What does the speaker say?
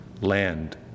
land